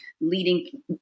leading